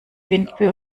windböe